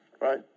right